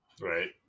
right